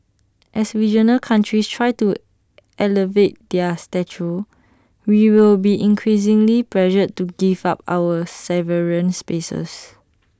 as regional countries try to elevate their stature we will be increasingly pressured to give up our sovereign spaces